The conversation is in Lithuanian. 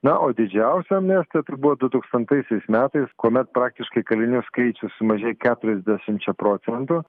na o didžiausia amnestija tai buvo du tūkstantaisiais metais kuomet praktiškai kalinių skaičius sumažėjo keturiasdešimčia procentų